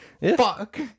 Fuck